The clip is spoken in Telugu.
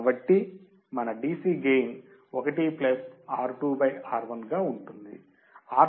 కాబట్టి మన DC గెయిన్ 1 R2 R1 గా ఉంటుంది